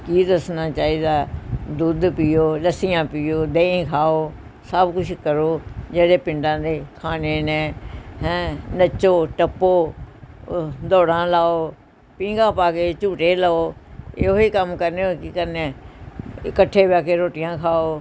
ਕੀ ਦੱਸਣਾ ਚਾਹੀਦਾ ਦੁੱਧ ਪੀਓ ਲੱਸੀਆਂ ਪੀਓ ਦਹੀਂ ਖਾਓ ਸਭ ਕੁਛ ਕਰੋ ਜਿਹੜੇ ਪਿੰਡਾਂ ਦੇ ਖਾਣੇ ਨੈ ਹੈਂ ਨੱਚੋ ਟੱਪੋ ਉਹ ਦੌੜ੍ਹਾਂ ਲਾਓ ਪੀਘਾਂ ਪਾ ਕੇ ਝੁੂਟੇ ਲਓ ਇਹੋ ਹੀ ਕੰਮ ਕਰਨੇ ਹੋਰ ਕੀ ਕਰਨੇ ਇੱਕਠੇ ਬਹਿ ਕੇ ਰੋਟੀਆਂ ਖਾਓ